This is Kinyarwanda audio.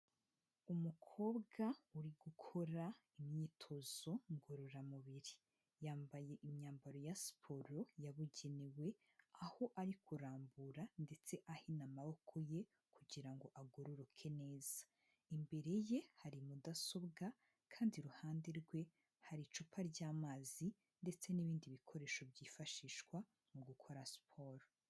Umukobwa uri gukora imyitozo ngororamubiri yambaye imyambaro ya siporo yabugenewe, aho ari kurambura ndetse ahina amaboko ye kugira ngo agororoke neza, imbere ye hari mudasobwa kandi iruhande rwe hari icupa ry'amazi ndetse n'ibindi bikoresho byifashishwa mu gukora siporo.